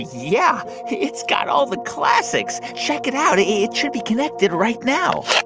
yeah. it's got all the classics. check it out. it should be connected right now.